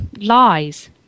lies